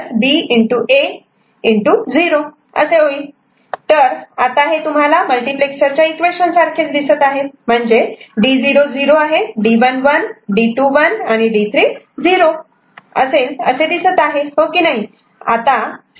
तर हे आता मल्टिप्लेक्सरच्या इक्वेशन सारखे म्हणजेच D0 0 D1 1 D2 1 आणि D3 0 असेल दिसत आहे हो की नाही